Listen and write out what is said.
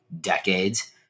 decades